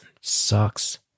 Sucks